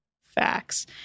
facts